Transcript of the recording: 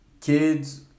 Kids